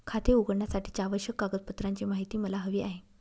खाते उघडण्यासाठीच्या आवश्यक कागदपत्रांची माहिती मला हवी आहे